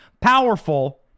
powerful